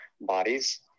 bodies